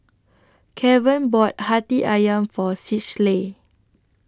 Kevon bought Hati Ayam For Schley